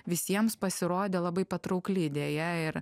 visiems pasirodė labai patraukli idėja ir